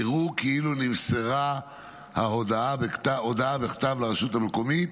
יראו כאילו נמסרה הודעה בכתב לרשות המקומית